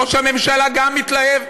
ראש הממשלה גם התלהב.